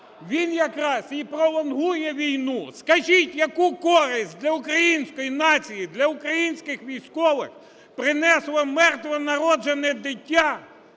Він якраз і пролонгує війну. Скажіть, яку користь для української нації, для українських військових принесла мертвонароджене дитя